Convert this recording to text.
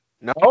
No